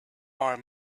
are